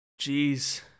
Jeez